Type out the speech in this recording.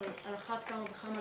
אבל על אחת כמה וכמה,